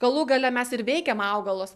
galų gale mes ir veikiam augalus